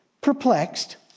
perplexed